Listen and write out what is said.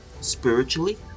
spiritually